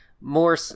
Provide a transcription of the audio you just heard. more